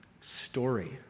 story